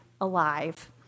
alive